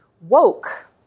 woke